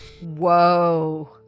Whoa